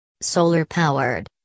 Solar-powered